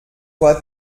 toi